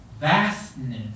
vastness